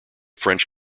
french